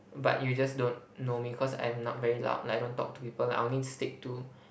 but you just don't know me cause I'm not very loud like I don't talk to people like I only stick to